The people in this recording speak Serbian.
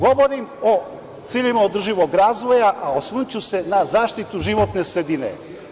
Govorim o ciljevima održivog razvoja, a osvrnuću se na zaštitu životne sredine.